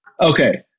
Okay